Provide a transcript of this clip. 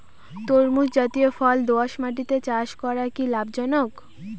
তরমুজ জাতিয় ফল দোঁয়াশ মাটিতে চাষ করা কি লাভজনক?